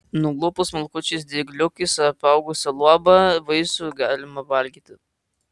nulupus smulkučiais dygliukais apaugusią luobą vaisių galima valgyti